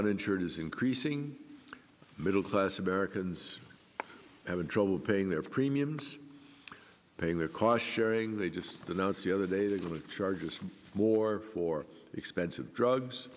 uninsured is increasing middle class americans having trouble paying their premiums paying their cost sharing they just announced the other day they're going to charge us more for expensive drugs